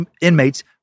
inmates